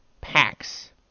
packs